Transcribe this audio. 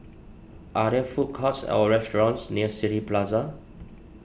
are there food courts or restaurants near City Plaza